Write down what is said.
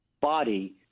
body